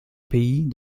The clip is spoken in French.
pays